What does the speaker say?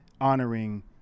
honoring